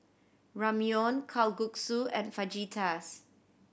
Ramyeon Kalguksu and Fajitas